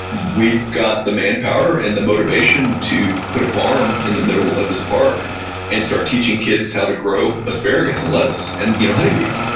we've got the manpower and the motivation to put a farm in the middle of this park and start teaching kids how to grow asparagus and lettuce and you know honey bees,